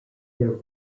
their